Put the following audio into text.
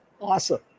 Awesome